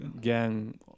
gang